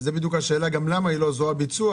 זו השאלה: למה היא לא זרוע ביצוע?